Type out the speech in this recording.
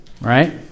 Right